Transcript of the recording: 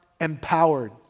empowered